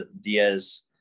Diaz